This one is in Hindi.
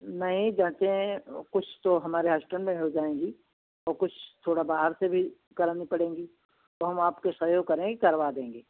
नहीं जाते हैं कुछ तो हमारे हॉस्पिटल में हो जाएंगी और कुछ थोड़ा बाहर से भी करानी पड़ेंगी तो हम आपके सहयोग करेंगे करवा देंगे